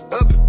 up